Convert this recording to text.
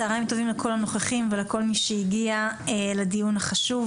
צוהריים טובים לכל הנוכחים ולכל מי שהגיע לדיון החשוב